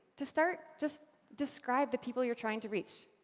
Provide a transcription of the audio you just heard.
to start, just describe the people you're trying to reach,